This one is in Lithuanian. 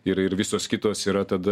ir ir visos kitos yra tada